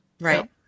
Right